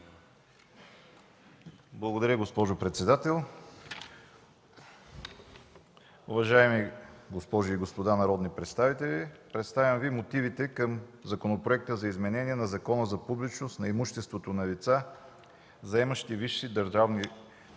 Благодаря, госпожо председател. Уважаеми госпожи и господа народни представители, представям Ви: „Мотиви към Законопроекта за изменение на Закона за публичност на имуществото на лица, заемащи висши държавни, обществени